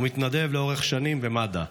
הוא מתנדב לאורך שנים במד"א,